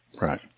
Right